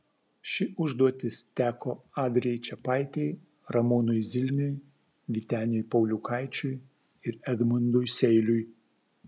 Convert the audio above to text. ši užduotis teko adrijai čepaitei ramūnui zilniui vyteniui pauliukaičiui ir edmundui seiliui